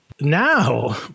now